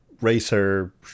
racer